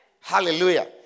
Hallelujah